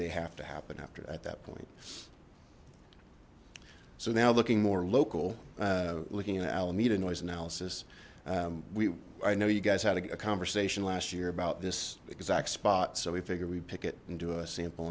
they have to happen after at that point so now looking more local looking at alameda noise analysis we i know you guys had a conversation last year about this exact spot so we figured we'd pick it into a sample